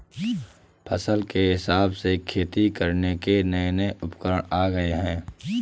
फसल के हिसाब से खेती करने के नये नये उपकरण आ गये है